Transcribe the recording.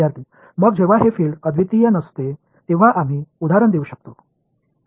विद्यार्थी मग जेव्हा हे फील्ड अद्वितीय नसते तेव्हा आम्ही उदाहरण देऊ शकतो